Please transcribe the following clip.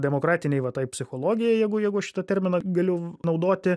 demokratinei va tai psichologijai jeigu jeigu aš šitą terminą galiu naudoti